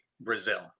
Brazil